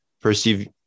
perceive